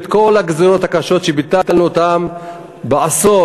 כל הגזירות הקשות שביטלנו אותן בעשור.